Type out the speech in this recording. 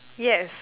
yes